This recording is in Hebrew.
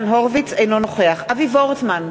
אינו נוכח אבי וורצמן,